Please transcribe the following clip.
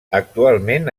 actualment